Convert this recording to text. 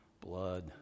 Blood